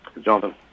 Jonathan